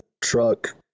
truck